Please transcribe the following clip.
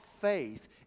faith